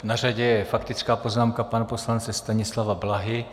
Na řadě je faktická poznámka pana poslance Stanislava Blahy.